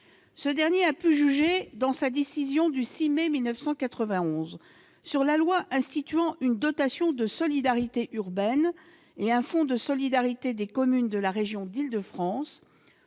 Ce dernier a jugé, dans sa décision du 6 mai 1991 sur la loi instituant une dotation de solidarité urbaine et un fonds de solidarité des communes de la région d'Île-de-France,